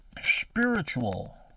spiritual